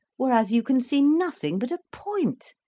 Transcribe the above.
whereas you can see nothing but a point!